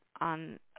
on